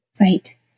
Right